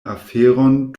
aferon